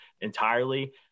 entirely